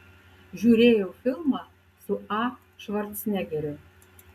žiūrėjau filmą su a švarcnegeriu